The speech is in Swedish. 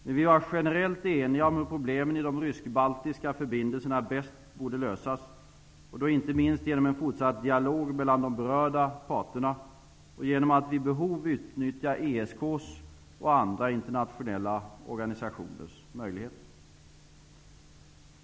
Men vi var generellt eniga om hur problemen i de rysk-baltiska förbindelserna bäst borde lösas och då, inte minst, genom en fortsatt dialog mellan de berörda parterna och genom att vid behov utnyttja ESK:s och andra internationella organisationers möjligheter.